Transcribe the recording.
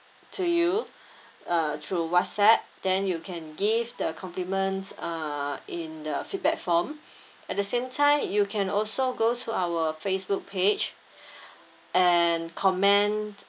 to you uh through WhatsApp then you can give the compliment uh in the feedback form at the same time you can also go to our Facebook page and comment